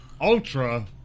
Ultra